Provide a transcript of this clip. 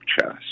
chest